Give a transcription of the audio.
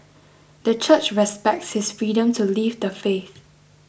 the Church respects his freedom to leave the faith